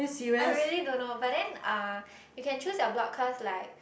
I really don't know but then uh you can choose your block cause like